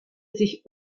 sich